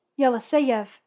Yeliseyev